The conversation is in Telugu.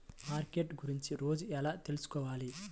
మార్కెట్ గురించి రోజు ఎలా తెలుసుకోవాలి?